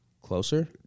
closer